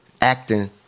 acting